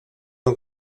ont